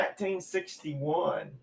1961